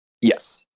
Yes